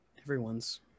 everyone's